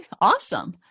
awesome